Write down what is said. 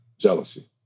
jealousy